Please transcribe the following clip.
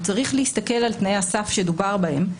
הוא צריך להסתכל על תנאי הסף שדובר בהם,